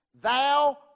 thou